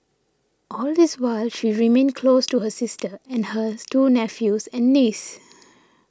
all this while she remained close to her sister and her two nephews and niece